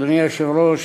אדוני היושב-ראש,